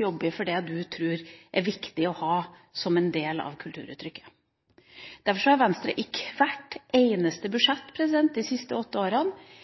jobber for det man tror er viktig å ha som en del av kulturuttrykket. Derfor har Venstre i hvert eneste budsjett de siste åtte årene